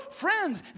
Friends